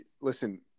listen